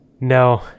No